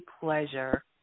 pleasure